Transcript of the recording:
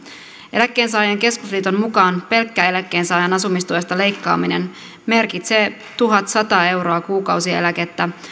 eläkkeensaajien keskusliiton mukaan pelkkä eläkkeensaajan asumistuesta leikkaaminen merkitsee tuhatsata euroa kuukausieläkettä